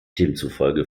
demzufolge